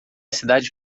cidade